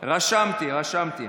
רשמתי, רשמתי.